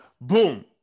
Boom